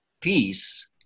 peace